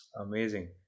Amazing